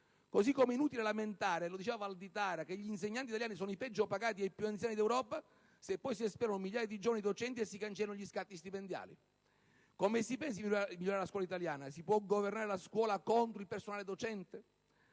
anche dal senatore Valditara - che gli insegnanti italiani sono quelli meno pagati e i più anziani d'Europa, se poi si espellono migliaia di giovani docenti e si cancellano gli scatti stipendiali. Come si pensa di migliorare la scuola italiana? Si può governare la scuola contro il personale docente?